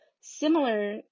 similar